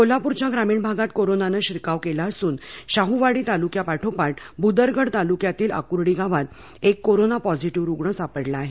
कोल्हापूरच्या ग्रामीण भागात कोरोनाने शिरकाव केला असून शाहवाडी तालुक्या पाठोपाठ भूदरगड तालुक्यातील आकुर्डी गावात एक कोरोना पॉझिटिव्ह रुग्ण सापडला आहे